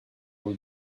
will